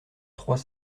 trois